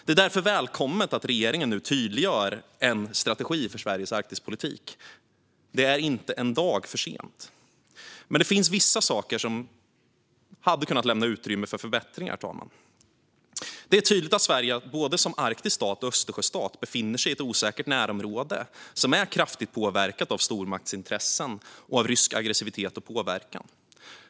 Det är därför välkommet att regeringen nu tydliggör en strategi för Sveriges Arktispolitik. Det är inte en dag för sent. Det finns vissa saker som lämnar utrymme för förbättringar. Det är tydligt att Sverige som både arktisk stat och som östersjöstat befinner sig i ett osäkert närområde som är kraftigt påverkat av stormaktsintressen och av rysk aggressivitet och påverkan.